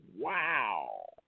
Wow